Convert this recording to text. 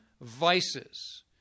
vices